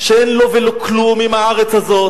שאין לו ולא כלום עם הארץ הזאת.